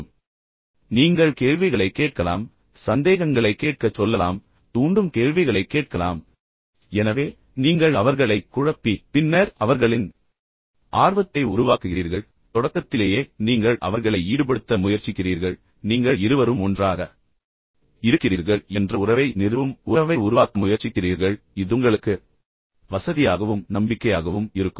பார்வையாளர்களை ஈடுபடுத்த முயற்சிக்கவும் நீங்கள் கேள்விகளைக் கேட்கலாம் சந்தேகங்களைக் கேட்கச் சொல்லலாம் தூண்டும் கேள்விகளைக் கேட்கலாம் நீங்கள் அவர்களுக்கு சவால் விடலாம் எனவே நீங்கள் அவர்களை குழப்பி பின்னர் அவர்களின் ஆர்வத்தை உருவாக்குகிறீர்கள் எனவே தொடக்கத்திலேயே நீங்கள் அவர்களை ஈடுபடுத்த முயற்சிக்கிறீர்கள் நீங்கள் இருவரும் ஒன்றாக இருக்கிறீர்கள் என்ற உறவை நிறுவும் உறவை உருவாக்க முயற்சிக்கிறீர்கள் இது உங்களுக்கு மிகவும் வசதியாகவும் நம்பிக்கையாகவும் இருக்கும்